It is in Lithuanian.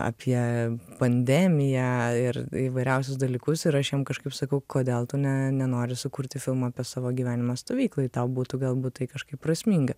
apie pandemiją ir įvairiausius dalykus ir aš jam kažkaip sakau kodėl tu ne nenori sukurti filmą apie savo gyvenimą stovykloj tau būtų galbūt tai kažkaip prasminga